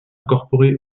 incorporé